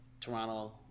Toronto